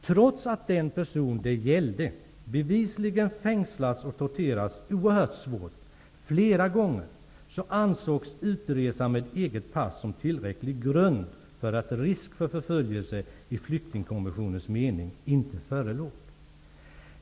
Trots att den person det gällde bevisligen fängslats och torteras oerhört svårt flera gånger ansågs utresa med eget pass som tillräcklig grund för bedömningen att risk för förföljelse i flyktingkonventionens mening inte förelåg.